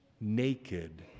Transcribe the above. naked